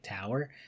tower